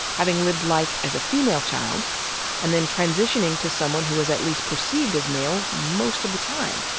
having lived life as a female child and then transitioning to someone who is at least perceived as male most of the time,